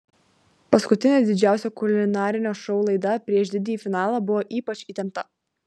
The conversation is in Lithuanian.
paskutinė didžiausio kulinarinio šou laida prieš didįjį finalą buvo ypač įtempta